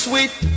Sweet